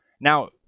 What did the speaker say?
Now